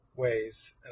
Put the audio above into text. ways